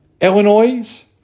Illinois